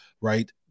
right